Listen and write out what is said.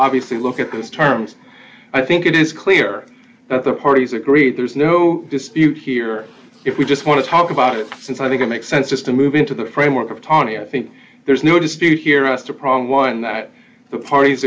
obviously look at those terms i think it is clear that the parties agreed there's no dispute here if we just want to talk about it since i think it makes sense just to move into the framework of tony i think there's no dispute here as to problem one that the parties